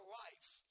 life